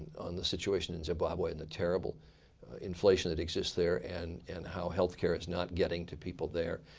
the situation in zimbabwe, and the terrible inflation that exists there. and and how health care is not getting to people there.